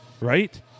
right